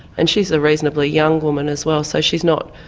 and she's a reasonably young woman as well, so she's not